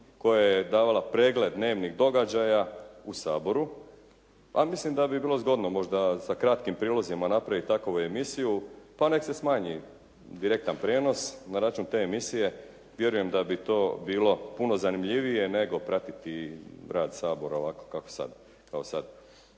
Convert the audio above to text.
koja je davala pregled dnevnih događaja u Saboru, a mislim da bi bilo zgodno možda sa kratkim prilozima napraviti takovu emisiju pa nek se smanji direktan prijenos na račun te emisije. Vjerujem da bi to bilo puno zanimljivije nego pratiti rad Sabora ovako kako sad,